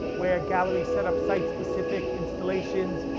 where galleries set up site specific installations,